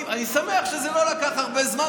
אני שמח שזה לא לקח הרבה זמן,